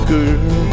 Girl